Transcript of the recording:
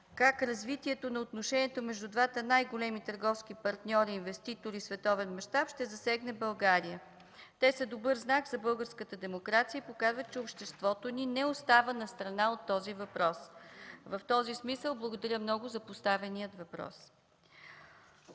как развитието на отношенията между двата най-големи търговски партньори–инвеститори в световен мащаб ще засегне България. Те са добър знак за българската демокрация и показват, че обществото ни не остава настрана от този въпрос. В този смисъл, благодаря много за поставения въпрос.